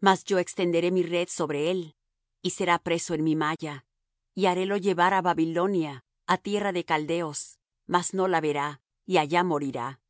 mas yo extenderé mi red sobre él y será preso en mi malla y harélo llevar á babilonia á tierra de caldeos mas no la verá y allá morirá